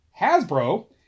Hasbro